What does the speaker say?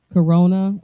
Corona